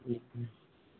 ᱦᱮᱸ ᱦᱮᱸ